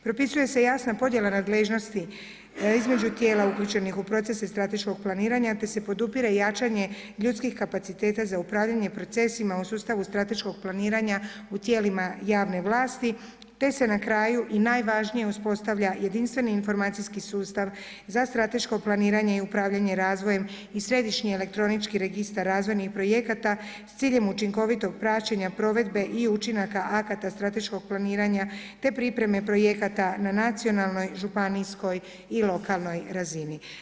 Propisuje se jasna podjela nadležnosti između tijela uključenih u procese strateškog planiranja te se podupire jačanje ljudskih kapaciteta za upravljanje procesima u sustavu strateškog planiranja u tijelima javne vlasti te se na kraju i najvažnije uspostavlja jedinstveni informacijski sustav za strateško planiranje i upravljanje razvojem i središnji elektronički registar razvojnih projekata s ciljem učinkovitog praćenja provedbe i učinaka akata strateškog planiranja te pripreme projekata na nacionalnoj, županijskoj i lokalnoj razini.